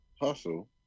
hustle